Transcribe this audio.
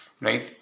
right